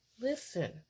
Listen